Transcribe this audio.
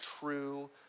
true